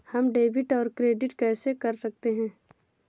हम डेबिटऔर क्रेडिट कैसे कर सकते हैं?